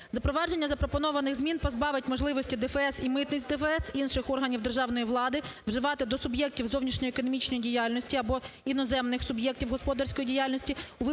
Запровадження запропонованих змін позбавить можливості ДФС і митниць ДФС, інших органів державної влади вживати до суб'єктів зовнішньоекономічної діяльності або іноземних суб'єктів господарської діяльності у випадках